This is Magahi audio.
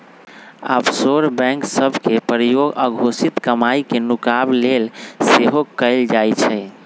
आफशोर बैंक सभ के प्रयोग अघोषित कमाई के नुकाबे के लेल सेहो कएल जाइ छइ